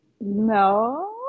No